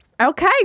Okay